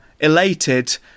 elated